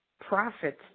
profits